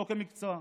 לא כמקצוע.